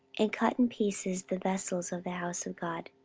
and cut in pieces the vessels of the house of god,